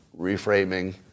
reframing